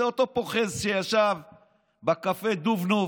זה אותו פוחז שישב בקפה דובנוב,